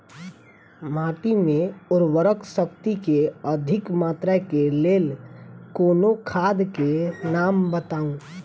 माटि मे उर्वरक शक्ति केँ अधिक मात्रा केँ लेल कोनो खाद केँ नाम बताऊ?